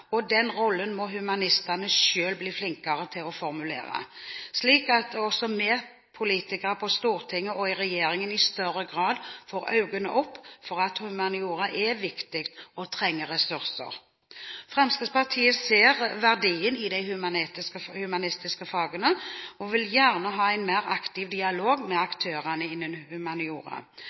og den rollen må humanistene selv bli flinkere til å formulere, slik at også vi politikere på Stortinget og i regjeringen i større grad får øynene opp for at humaniora er viktig og trenger ressurser. Fremskrittspartiet ser verdien i de humanistiske fagene og vil gjerne ha en mer aktiv dialog med aktørene innen